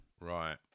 Right